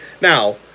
now